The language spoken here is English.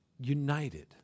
united